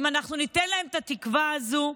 אם אנחנו ניתן להם את התקווה הזו,